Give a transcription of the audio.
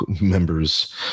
members